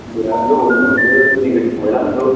बिराद गोबावनि उनावसो दिनै गोसो खांबायलां नोंखौ